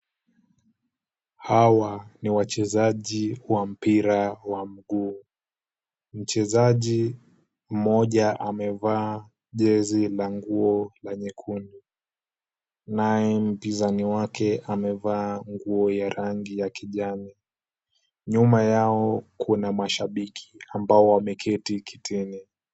Hawa ni wachezaji wa mpira wa mguu. Mchezaji mmoja amevaa jezi na nguo la nyekundu, naye mpinzani wake amevaa nguo ya rangi ya kijani. Nyuma yao kuna mashabiki ambao wameketi kitini.